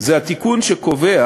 זה התיקון שקובע